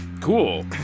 cool